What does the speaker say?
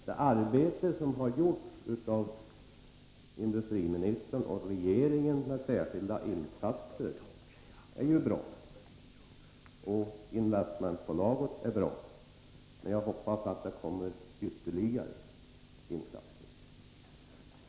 De särskilda insatser som har gjorts av industriministern och regeringen i övrigt är ju bra, och detsamma gäller inrättandet av investmentbolaget, men jag hoppas att också ytterligare insatser kommer att genomföras.